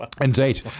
Indeed